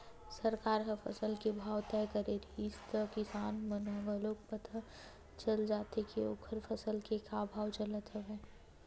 सरकार ह फसल के भाव तय करे रहिथे त किसान मन ल घलोक पता चल जाथे के ओखर फसल के का भाव चलत हवय